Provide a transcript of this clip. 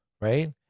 right